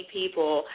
people